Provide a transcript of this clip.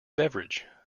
beverage